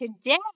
Today